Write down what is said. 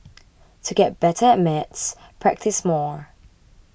to get better at maths practise more